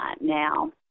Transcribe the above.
now